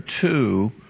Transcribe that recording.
two